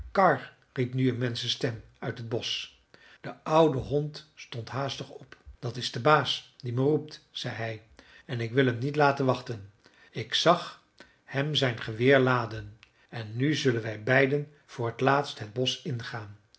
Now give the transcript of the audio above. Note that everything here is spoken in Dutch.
karr riep nu een menschenstem uit het bosch de oude hond stond haastig op dat is de baas die me roept zei hij en ik wil hem niet laten wachten ik zag hem zijn geweer laden en nu zullen wij beiden voor het laatst het bosch ingaan